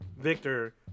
Victor